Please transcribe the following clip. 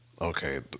okay